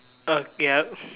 uh yup